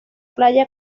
playa